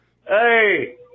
Hey